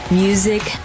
music